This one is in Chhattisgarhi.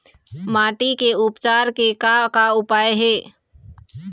माटी के उपचार के का का उपाय हे?